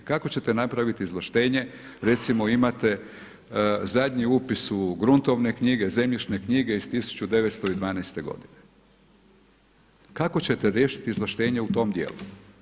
Kako ćete napraviti izvlaštenje, recimo imate zadnji upis u gruntovne knjige, zemljišne knjige iz 1912. godine, kako ćete riješiti izvlaštenje u tom dijelu?